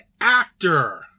Actor